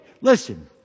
Listen